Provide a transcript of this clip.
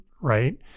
right